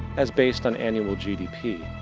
as based on annual gdp,